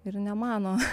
ir nemano